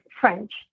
French